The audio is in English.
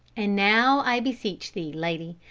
and now i beseech thee, lady,